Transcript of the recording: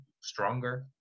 stronger